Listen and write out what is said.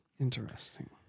Interesting